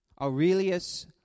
Aurelius